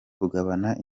kugabana